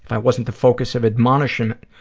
i wasn't the focus of admonishment.